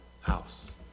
house